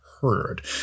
heard